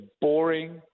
boring